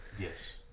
Yes